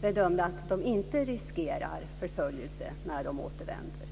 bedömt inte riskerar förföljelse när de återvänder.